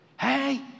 Hey